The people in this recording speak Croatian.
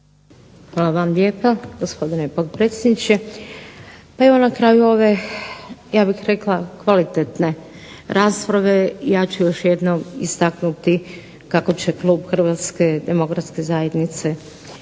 Hvala vam lijepa, gospodine potpredsjedniče. Pa evo na kraju ove ja bih rekla kvalitetne rasprave ja ću još jednom istaknuti kako će klub Hrvatske demokratske zajednice